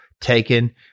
taken